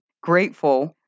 grateful